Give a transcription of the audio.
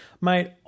mate